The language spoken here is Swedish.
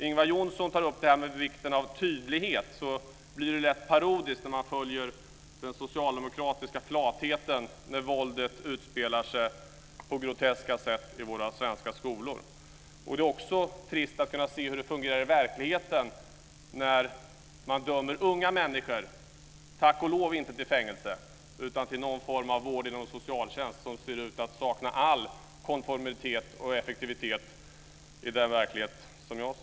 Ingvar Johnsson tar upp vikten av tydlighet, men det framstår lätt som parodiskt när man tar del av den socialdemokratiska flatheten mot det groteska våldet i våra svenska skolor. Det är också trist att se hur det kan fungera i verkligen när man dömer unga människor, tack och lov inte till fängelse men till vård inom en socialtjänst som ser ut att sakna all konformitet och effektivitet. Sådan är den verklighet som jag ser.